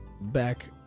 back